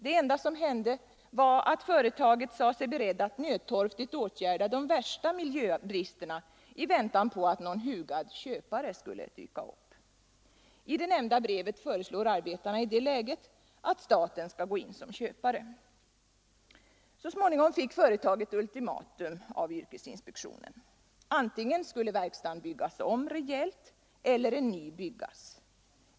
Det enda som hände var att företaget sade sig berett att nödtorftigt åtgärda de värsta miljöbristerna i väntan på att någon hugad köpare skulle dyka upp. I det nämnda brevet föreslår arbetarna i det läget att staten skall gå in som köpare. Så småningom fick företaget ultimatum av yrkesinspektionen. Antingen skulle verkstaden byggas om rejält eller en ny uppföras.